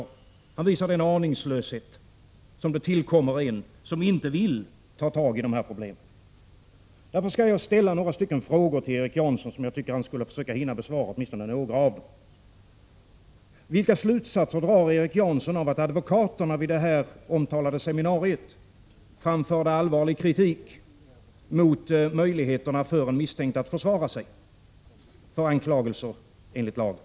Erik Janson visar den aningslöshet som den har som inte vill ta tag i de här problemen. Därför skall jag ställa några frågor till honom, och jag tycker att han borde hinna besvara åtminstone några av dem. För det första: Vilka slutsatser drar Erik Janson av att advokaterna vid det omtalade seminariet framförde allvarlig kritik mot möjligheterna för en misstänkt att försvara sig mot anklagelser enligt lagen?